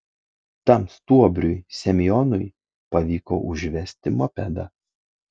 tam stuobriui semionui pavyko užvesti mopedą